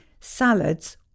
salads